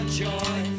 joy